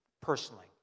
Personally